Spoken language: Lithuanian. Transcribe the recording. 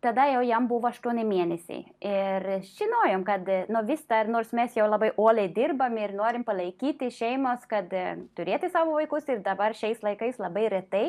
tada jau jam buvo aštuoni mėnesiai ir žinojom kad nu vis tą nors mes jau labai uoliai dirbam ir norim palaikyti šeimas kad turėti savo vaikus ir dabar šiais laikais labai retai